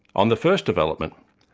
on the first development,